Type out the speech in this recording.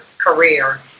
career